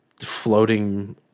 floating